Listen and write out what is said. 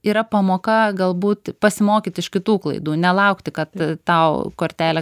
yra pamoka galbūt pasimokyt iš kitų klaidų nelaukti kad tau kortelė